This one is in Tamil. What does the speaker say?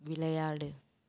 விளையாடு